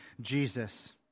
jesus